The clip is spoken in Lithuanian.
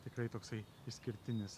tikrai toksai išskirtinis